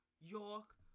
York